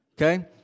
Okay